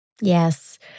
Yes